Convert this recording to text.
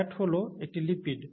fat হল একটি lipid